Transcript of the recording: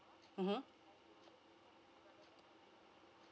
mmhmm